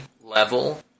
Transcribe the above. level